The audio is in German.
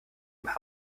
ihrem